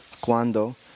cuando